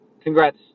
Congrats